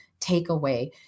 takeaway